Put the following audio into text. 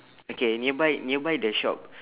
okay nearby nearby the shop